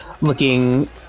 looking